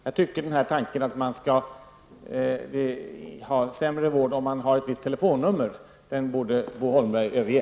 Jag tycker att tanken att man skall ha sämre vård om man har ett visst telefonnummer borde Bo Holmberg överge.